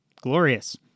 glorious